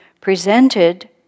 presented